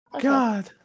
God